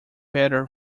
better